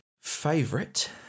Favorite